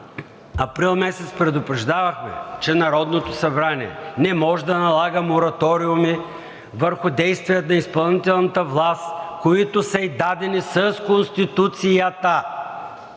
април предупреждавахме, че Народното събрание не може да налага мораториуми върху действия на изпълнителната власт, които са ѝ дадени с Конституцията,